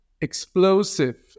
explosive